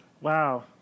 Wow